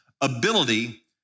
ability